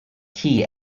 key